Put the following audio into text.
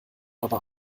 aber